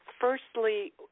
firstly